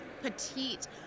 petite